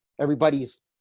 Everybody's